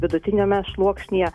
vidutiniame sluoksnyje